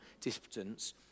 distance